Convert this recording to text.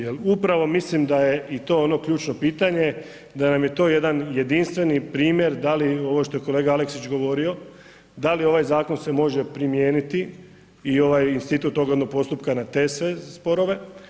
Jer upravo mislim da je i to je ono ključno pitanje da nam je to jedan jedinstveni primjer da li ovo što je kolega Aleksić govorio, da li ovaj zakon se može primijeniti i ovaj institut oglednog postupka na te sve sporove.